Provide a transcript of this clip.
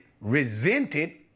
resented